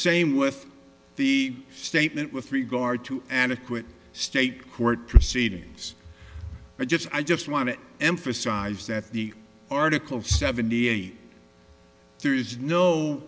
same with the statement with regard to adequate state court proceedings but just i just want to emphasize that the article seventy eight there is no